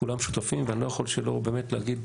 כולם שותפים ואני לא יכול שלא באמת להגיד